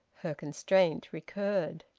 her constraint recurred.